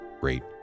great